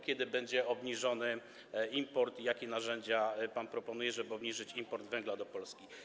Kiedy będzie obniżony import i jakie narzędzia pan proponuje, żeby obniżyć import węgla do Polski?